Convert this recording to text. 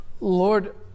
Lord